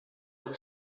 del